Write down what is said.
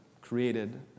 created